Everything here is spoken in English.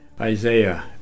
Isaiah